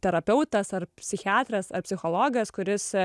terapeutas ar psichiatras ar psichologas kuris